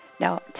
Now